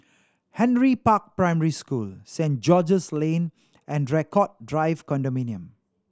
Henry Park Primary School Saint George's Lane and Draycott Drive Condominium